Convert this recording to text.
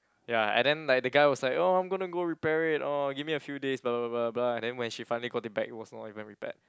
ya and then like that guy was like oh I'm gonna go repair it oh give me a few days blah blah blah blah and then when she finally got it back it was not even repaired